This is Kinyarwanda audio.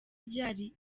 ryari